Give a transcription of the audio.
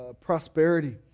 prosperity